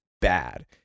bad